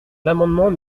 l’amendement